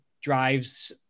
drives